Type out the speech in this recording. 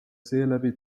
seeläbi